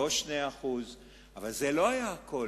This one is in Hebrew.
לא 2%. אבל זה לא היה הכול.